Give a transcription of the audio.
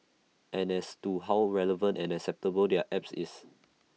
and as to how relevant and acceptable their app is